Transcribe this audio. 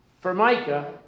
formica